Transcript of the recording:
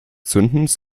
zündens